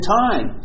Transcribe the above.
time